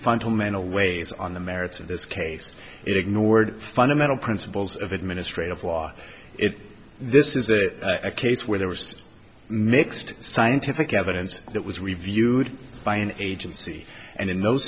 fundamental ways on the merits of this case it ignored fundamental principles of administrative law it this is a case where there was mixed scientific evidence that was reviewed by an agency and in those